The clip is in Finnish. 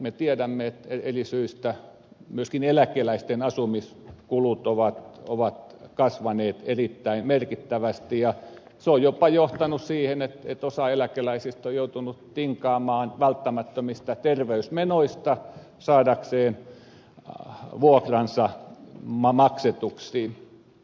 me tiedämme että eri syistä myöskin eläkeläisten asumiskulut ovat kasvaneet erittäin merkittävästi ja se on jopa johtanut siihen että osa eläkeläisistä on joutunut tinkaamaan välttämättömistä terveysmenoista saadakseen vuokransa maksetuksi